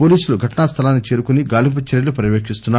పోలీసులు ఘటన స్లలానికి చేరుకొని గాలింపు చర్యలు పర్యవేకిస్తున్నారు